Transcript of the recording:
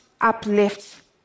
uplift